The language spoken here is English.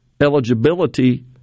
eligibility